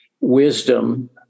wisdom